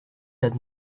that